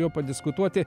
juo padiskutuoti